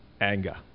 anger